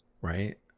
Right